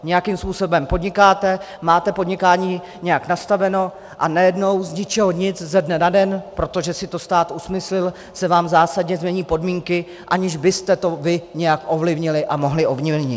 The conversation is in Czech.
Nějakým způsobem podnikáte, máte podnikání nějak nastaveno, a najednou z ničeho nic, ze dne na den, protože si to stát usmyslil, se vám zásadně změní podmínky, aniž byste to vy nějak ovlivnili a mohli ovlivnit.